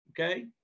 Okay